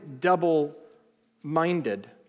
double-minded